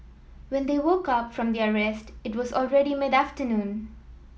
when they woke up from their rest it was already mid afternoon